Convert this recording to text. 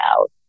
out